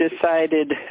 decided